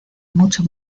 mucho